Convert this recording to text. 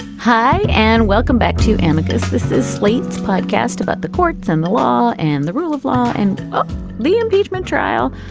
hi and welcome back to amicus. this is slate's podcast about the courts and the law and the rule of law and um the impeachment trial.